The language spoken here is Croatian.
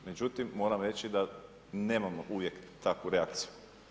Međutim, moram reći da nemamo uvijek takvu reakciju.